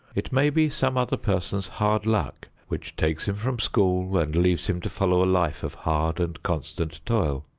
it may be some other person's hard luck which takes him from school and leaves him to follow a life of hard and constant toil.